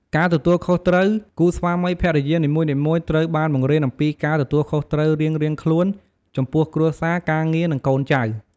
ការទទួលខុសត្រូវ គូស្វាមីភរិយានីមួយៗត្រូវបានបង្រៀនអំពីការទទួលខុសត្រូវរៀងៗខ្លួនចំពោះគ្រួសារ ការងារ និងកូនចៅ។